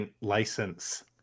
license